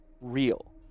real